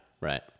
right